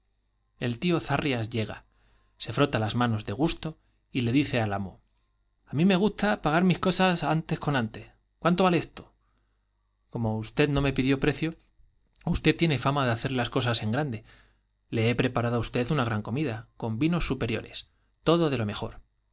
el tío zarrias llega se frota las manos de gusto y y le dice al amo a mí me gusta pagar mis cosas antes con antes cuánto vale esto p como usted no me pidió precio y usted tiene fama de hacer las le he cosas en grande preparado á usted una gran comida con vinos superiores todo de lo mejor